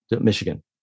Michigan